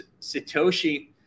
Satoshi